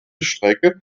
strecke